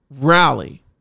rally